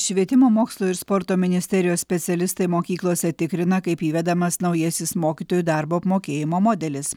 švietimo mokslo ir sporto ministerijos specialistai mokyklose tikrina kaip įvedamas naujasis mokytojų darbo apmokėjimo modelis